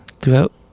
throughout